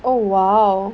oh !wow!